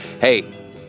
Hey